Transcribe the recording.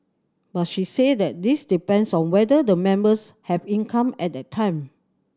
but she said that this depends on whether the members have income at that time